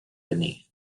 beneath